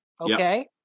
okay